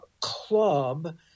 club